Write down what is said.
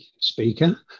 speaker